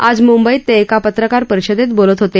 आज मुंबईत ते एका पत्रकार परिषदेत बोलत होते